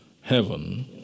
heaven